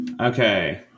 Okay